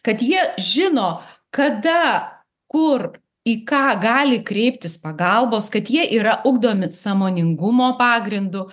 kad jie žino kada kur į ką gali kreiptis pagalbos kad jie yra ugdomi sąmoningumo pagrindu